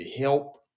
help